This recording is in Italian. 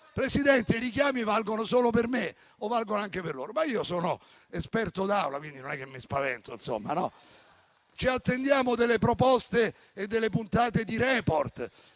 Presidente, i richiami valgono solo per me o anche per loro? Io sono esperto di Aula, quindi non mi spavento. Ci attendiamo delle proposte e delle puntate di «Report».